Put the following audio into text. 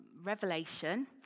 Revelation